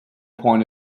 point